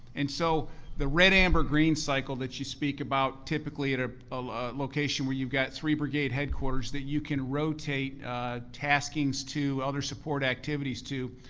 and so the red-amber-green cycle that you speak about typically at a ah location where you've got three brigade headquarters that you can rotate taskings to, other support activities to,